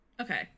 Okay